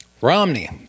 Romney